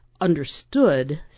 understood